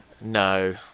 No